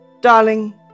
darling